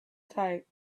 type